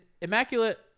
Immaculate